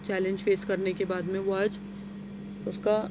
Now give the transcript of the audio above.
challenge face کرنے کے بعد میں وہ آج اُس کا